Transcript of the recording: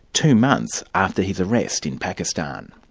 two months after his arrest in pakistan.